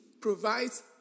provides